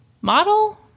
Model